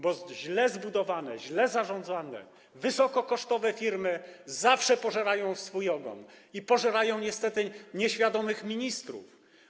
Bo źle zbudowane, źle zarządzane, wysokokosztowe firmy zawsze pożerają swój ogon i pożerają niestety nieświadomych ministrów.